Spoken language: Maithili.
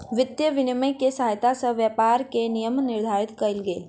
वित्तीय विनियम के सहायता सॅ व्यापार के नियम निर्धारित कयल गेल